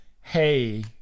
Hey